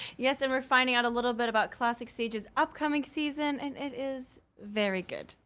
yes and we're finding out a little bit about classic stage's upcoming season and it is very good.